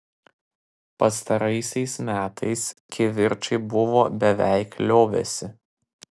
pastaraisiais metais kivirčai buvo beveik liovęsi